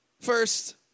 First